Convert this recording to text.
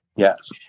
Yes